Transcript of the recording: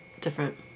different